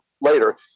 later